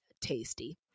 Tasty